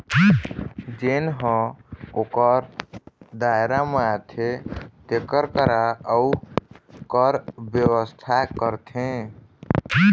जेन ह ओखर दायरा म आथे तेखर करा अउ कर बेवस्था करथे